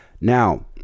now